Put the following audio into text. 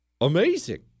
amazing